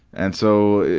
and so,